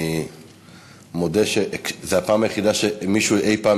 אני מודה שזו הפעם היחידה שמישהו אי-פעם